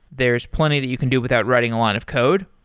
there is plenty that you can do without writing a line of code.